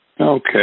Okay